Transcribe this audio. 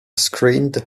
screened